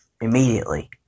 immediately